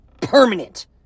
permanent